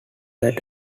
that